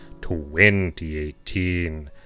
2018